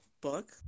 book